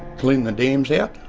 cleaning the dams yeah